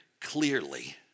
clearly